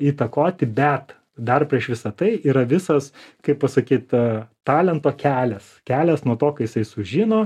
įtakoti bet dar prieš visa tai yra visas kaip pasakyt talento kelias kelias nuo to kai jisai sužino